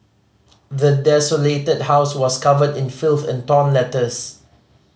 the desolated house was covered in filth and torn letters